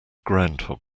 groundhog